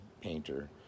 painter